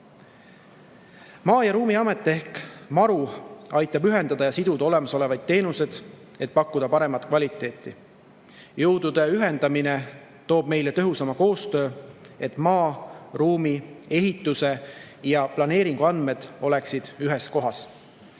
Maa‑ ja Ruumiamet ehk MaRu aitab ühendada ja siduda olemasolevad teenused, et pakkuda paremat kvaliteeti. Jõudude ühendamine toob meile tõhusama koostöö, et maa‑, ruumi‑, ehitus‑ ja planeeringuandmed oleksid ühes kohas.